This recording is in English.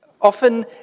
Often